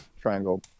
triangle